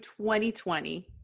2020